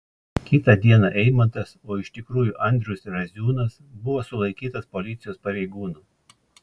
kitą dieną eimantas o iš tikrųjų andrius raziūnas buvo sulaikytas policijos pareigūnų